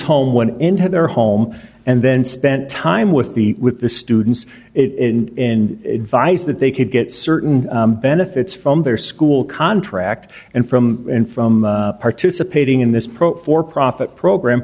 home went into their home and then spent time with the with the students it in a vice that they could get certain benefits from their school contract and from and from participating in this pro for profit program